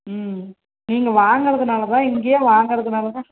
ம் நீங்கள் வாங்குறதுனால தான் இங்கேயே வாங்குறதுனால தான்